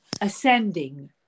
ascending